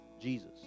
Jesus